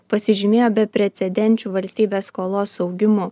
pasižymėjo beprecedenčiu valstybės skolos augimu